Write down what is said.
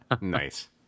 Nice